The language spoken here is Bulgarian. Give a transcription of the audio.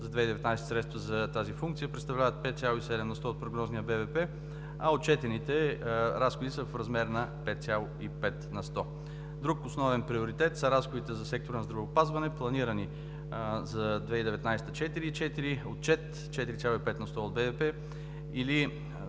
за 2019 г. средства за тази функция представляват 5,7 на сто от прогнозния БВП, а отчетените разходи са в размер на 5,5 на сто. Друг основен приоритет са разходите за сектора на здравеопазването. Планираните за 2019 г. са 4,4%, отчет – 4,5 на сто от